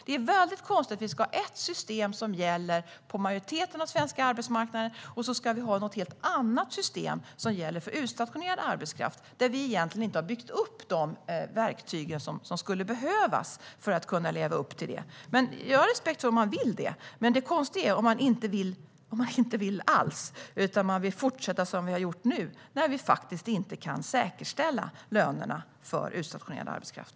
Det blir konstigt om vi ska ha ett system som gäller på större delen av den svenska arbetsmarknaden men ett annat system som gäller för utstationerad arbetskraft, där vi inte har tagit fram de verktyg som skulle behövas för att vi ska kunna leva upp till våra åtaganden. Jag har respekt för om man vill göra detta, men det är konstigt om man inte vill något alls utöver att fortsätta som vi gör nu, när vi inte kan säkerställa lönerna för utstationerad arbetskraft.